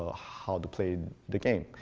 ah how to play the game.